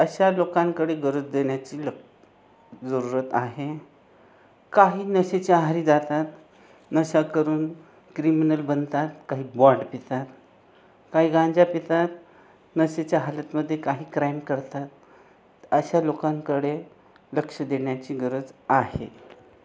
अशा लोकांकडे गरज देण्याची लक जरूरत आहे काही नशेच्या आहारी जातात नशा करून क्रिमिनल बनतात काही बॉड पितात काही गांजा पितात नशेच्या हालतमध्ये काही क्राइम करतात अशा लोकांकडे लक्ष देण्याची गरज आहे